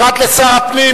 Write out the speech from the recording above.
פרט לשר הפנים,